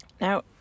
now